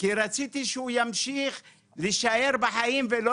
כי רציתי שהוא ימשיך להישאר בחיים ולא